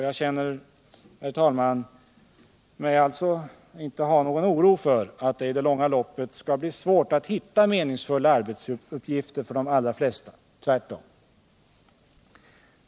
Jag hyser alltså, herr talman, inte någon oro för att det i längden skall bli svårt att hitta meningsfulla arbetsuppgifter för de allra flesta, tvärtom.